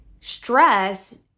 stress